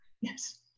yes